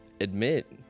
admit